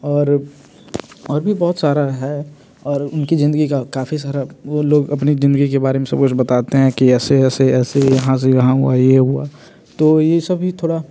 और और भी बहुत सारा है और उनकीज़िंदगी का काफ़ी सारा वो लोग अपनी ज़िंदगी के बारे में सब कुछ बताते हैं कि ऐसे ऐसे ऐसे यहाँ से यहाँ हुआ ये हुआ तो ये सभ भी थोड़ा